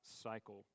cycle